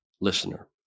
listener